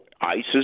ISIS